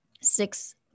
six